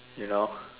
you know